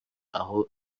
aho